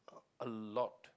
a lot